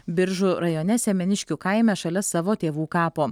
biržų rajone semeniškių kaime šalia savo tėvų kapo